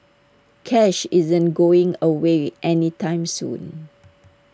cash isn't going away any time soon